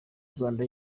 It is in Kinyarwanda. rwanda